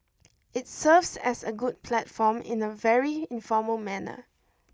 it serves as a good platform in a very informal manner